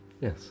Yes